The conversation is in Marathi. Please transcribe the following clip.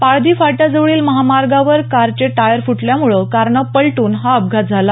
पाळधी फाट्या जवळील महामार्गावर कारचे टायर फुटल्यामुळं कारनं पलट्रन हा अपघात झाला